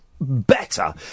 better